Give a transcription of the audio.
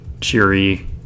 cheery